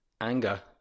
Anger